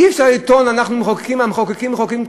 אי-אפשר לטעון: אנחנו מחוקקים ומחוקקים ומחוקקים,